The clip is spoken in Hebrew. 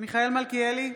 מיכאל מלכיאלי,